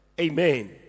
amen